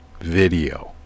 video